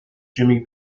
jimmy